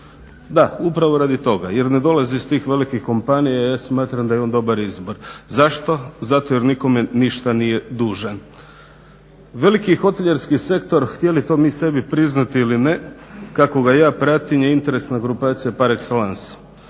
Da, upravo radi toga jer ne dolazi iz tih velikih kompanija, a ja smatram da je on dobar izbor. Zašto? Zato jer nikome ništa nije dužan. Veliki hotelijerski sektor, htjeli to mi sebi priznati ili ne, kako ga ja pratim je interesna grupacija parekselans.